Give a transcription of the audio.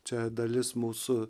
čia dalis mūsų